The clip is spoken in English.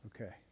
Okay